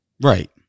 Right